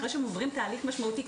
אחרי שהם עוברים תהליך משמעותי,